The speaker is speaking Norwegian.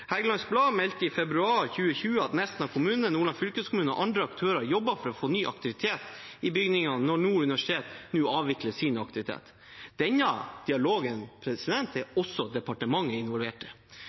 Blad meldte i februar 2020 at Nesna kommune, Nordland fylkeskommune og andre aktører jobber for å få ny aktivitet i bygningene når Nord universitet nå avvikler sin aktivitet. Denne dialogen er også departementet involvert i. Det er